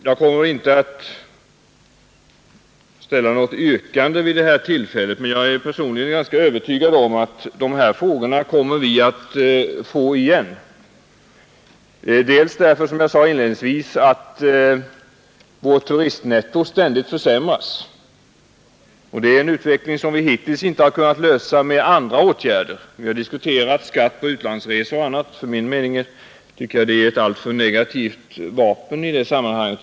Jag kommer inte att ställa något yrkande vid detta tillfälle, men jag är personligen ganska övertygad om att vi kommer att få igen dessa frågor därför att — som jag sade inledningsvis — vårt turistnetto ständigt försämras, och det är en utveckling som vi hittills inte kunnat lösa med andra åtgärder. Vi har diskuterat skatt på utlandsresor och annat som enligt min mening är ett alltför negativt vapen och svårt att använda i sammanhanget.